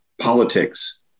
politics